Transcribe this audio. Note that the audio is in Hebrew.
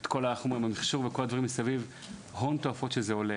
כל המכשור מסביב וההון תועפות שזה עולה.